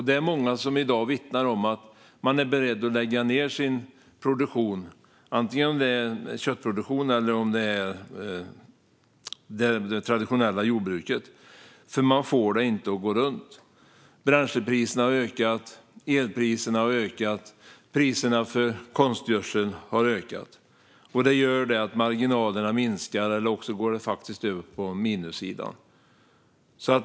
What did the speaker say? Det är många som i dag vittnar om jordbrukare som är beredda att lägga ned sin produktion, oavsett om det är köttproduktion eller traditionellt jordbruk. Man får det inte att gå runt. Bränslepriserna har ökat, elpriserna har ökat och priserna för konstgödsel har ökat. Det gör att marginalerna minskar eller att det faktiskt går över på minussidan.